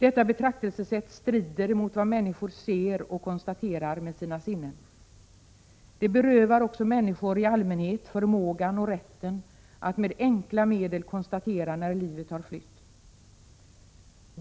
Detta betraktelsesätt strider mot vad människor ser och konstaterar med sina sinnen. Det berövar också människor i allmänhet förmågan och rätten att med enkla medel konstatera när livet har flytt.